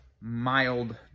mild